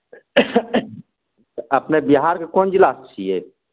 तऽ अपने बिहारके कोन जिलासॅं छियै